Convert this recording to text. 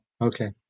Okay